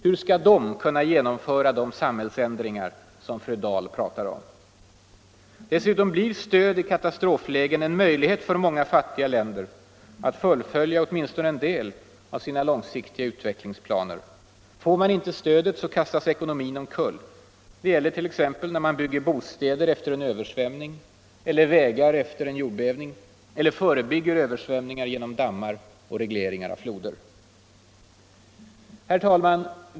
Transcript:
Hur skall de kunna genomföra de samhällsförändringar som fru Dahl pratar om? Dessutom blir stöd i katastrofläget en möjlighet för många fattiga länder att fullfölja åtminstone en del av sina långsiktiga utvecklingsplaner. Får man inte stödet kastas ekonomin omkull. Det gäller t.ex. när man bygger bostäder efter en översvämning eller vägar efter en jordbävning eller förebygger översvämningar genom dammar och regleringar av floder.